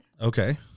Okay